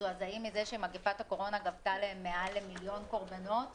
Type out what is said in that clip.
מזועזעים מזה שמגפת הקורונה גבתה מעל למיליון קורבנות בעולם,